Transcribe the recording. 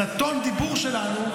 את טון הדיבור שלנו,